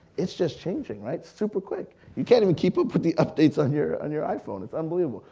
it's just changing, super quick. you can't even keep up with the updates on your and your iphone, it's unbelievable.